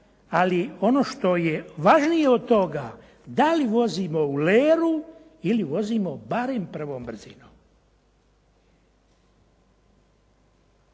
Ali ono što je važnije od toga da li ulazimo u leru ili vozimo barem prvom brzinom.